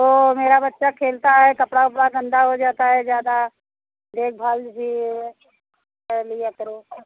वह मेरा बच्चा खेलता है कपड़े वपड़े गंदे हो जाते हैं ज़्यादा देखभाल भी कर लिया करो